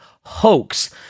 hoax